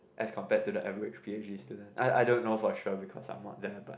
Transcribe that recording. as compared to the average P_H_D student I I don't know for sure because I'm not there but